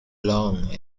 long